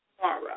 tomorrow